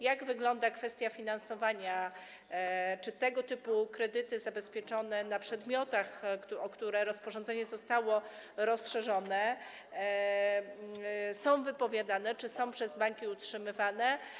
Jak wygląda kwestia finasowania - czy tego typy kredyty zabezpieczone na przedmiotach, o które zakres rozporządzenia został rozszerzony, są wypowiadane, czy są przez banki utrzymywane?